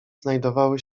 znajdowały